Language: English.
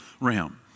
realm